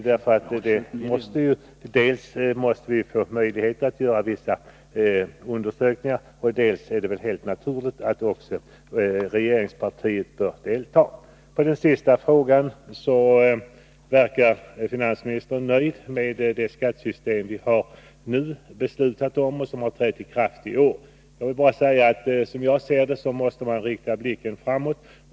Dels måste vi få möjligheter att göra vissa undersökningar, dels är det helt naturligt att också regeringspartiet bör delta. I svaret på den sista frågan verkar finansministern nöjd med det skattesystem som vi nu har beslutat om och som har trätt i kraft i år. Som jag ser det måste man rikta blicken framåt.